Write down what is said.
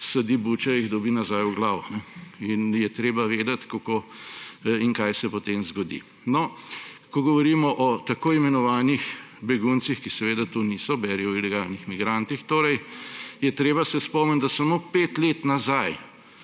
sadi buče, jih dobi nazaj v glavo. In je treba vedeti, kako in kaj se potem zgodi. Ko govorimo o tako imenovanih beguncih, ki seveda to niso, beri – o ilegalnih migrantih, se je treba spomniti, da samo 5 let nazaj